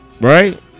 Right